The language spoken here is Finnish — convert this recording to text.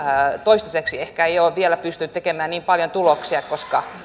toistaiseksi ehkä ei ole pystynyt tekemään niin paljon tuloksia koska